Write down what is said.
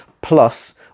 plus